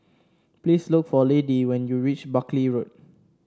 please look for Laddie when you reach Buckley Road